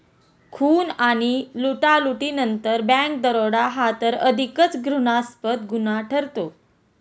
खून आणि लुटालुटीनंतर बँक दरोडा हा तर अधिकच घृणास्पद गुन्हा ठरतो